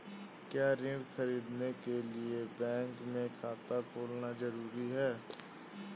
क्या ऋण ख़रीदने के लिए बैंक में खाता होना जरूरी है?